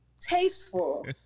tasteful